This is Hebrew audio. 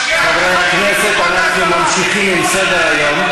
חברי הכנסת, אנחנו ממשיכים בסדר-היום.